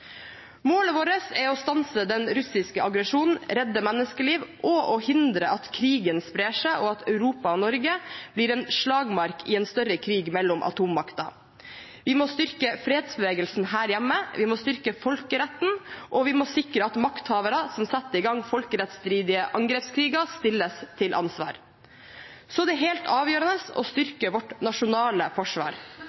Målet vårt er å stanse den russiske aggresjonen, redde menneskeliv og å hindre at krigen sprer seg og Europa og Norge blir en slagmark i en større krig mellom atommakter. Vi må styrke fredsbevegelsen her hjemme. Vi må styrke folkeretten, og vi må sikre at makthavere som setter i gang folkerettsstridige angrepskriger, stilles til ansvar. Det er helt avgjørende å